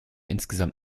insgesamt